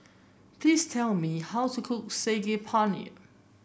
please tell me how to cook Saag Paneer